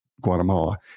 Guatemala